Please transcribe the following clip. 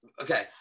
Okay